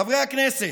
חברי הכנסת,